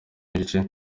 igice